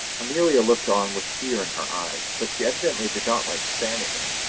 amelia looked on with fear in her eyes, but she evidently did not like to say anything.